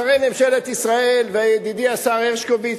שרי ממשלת ישראל וידידי השר הרשקוביץ,